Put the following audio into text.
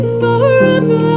forever